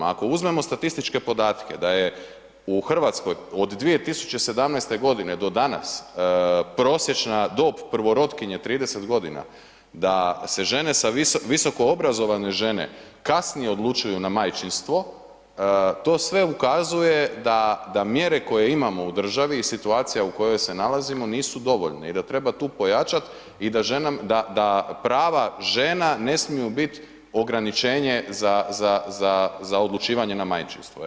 Ako uzmemo statističke podatke da je u Hrvatskoj od 2017. g. do danas prosječna dob prvorotkinje 30 g., da visokoobrazovane žene kasnije odlučuju na majčinstvo, to sve ukazuje da mjere koje imamo u državi i situacija u kojoj se nalazimo, nisu dovoljne i da treba tu pojačat i da prava žena ne smiju biti ograničenje za odlučivanje na majčinstvo.